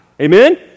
Amen